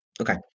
Okay